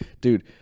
dude